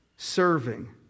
serving